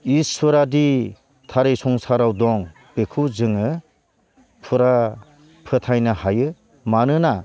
इसोरादि थारै संसाराव दं बेखौ जोङो फुरा फोथायनो हायो मानोना